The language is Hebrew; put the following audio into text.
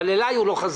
אבל אליי הוא לא חזר.